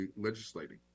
legislating